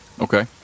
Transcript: Okay